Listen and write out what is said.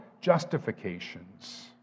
justifications